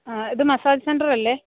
ഇത് massage centre അല്ലേ